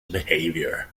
behaviour